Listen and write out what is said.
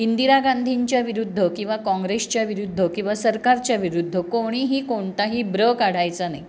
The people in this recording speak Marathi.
इंदिरा गांधींच्या विरुद्ध किंवा काँग्रेसच्या विरुद्ध किंवा सरकारच्या विरुद्ध कोणीही कोणताही ब्र काढायचा नाही